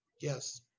Yes